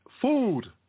food